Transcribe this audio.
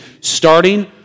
starting